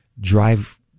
drive